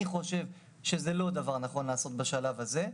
אני חושב שזה לא דבר נכון לעשות בשלב הזה.